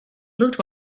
looked